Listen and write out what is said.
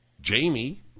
Jamie